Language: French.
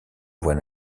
voix